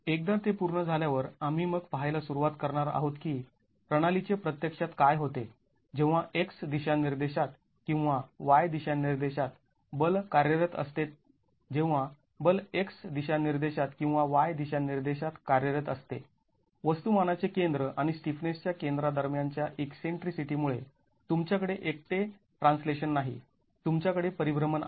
एकदा ते पूर्ण झाल्यावर आम्ही मग पाहायला सुरुवात करणार आहोत की प्रणालीचे प्रत्यक्षात काय होते जेव्हा x दिशानिर्देशात किंवा y दिशानिर्देशात बल कार्यरत असते जेव्हा बल x दिशानिर्देशात किंवा y दिशानिर्देशात कार्यरत असते वस्तुमानाचे केंद्र आणि स्टिफनेसच्या केंद्रा दरम्यानच्या ईकसेंट्रीसिटी मुळे तुमच्याकडे एकटे ट्रान्सलेशन नाही तुमच्याकडे परिभ्रमण आहे